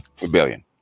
Rebellion